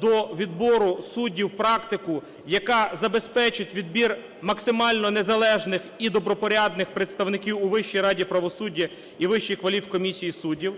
до відбору суддів практику, яка забезпечить відбір максимально незалежних і добропорядних представників у Вищій раді правосудді і Вищій кваліфкомісії суддів.